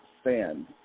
stand